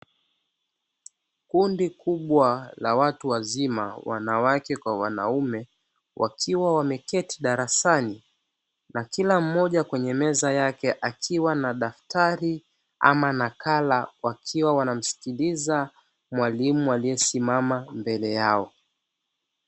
Kundi kubwa la watu wazima wanawake kwa wanaume, wakiwa wameketi darasani na kila mmoja kwenye meza yake akiwa na daftari ama nakala, wakiwa wanamsikiliza mwalimu aliyesimama mbele yao.